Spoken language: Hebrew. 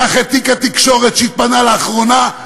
קח את תיק התקשורת שהתפנה לאחרונה,